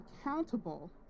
accountable